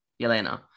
yelena